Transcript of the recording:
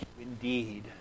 indeed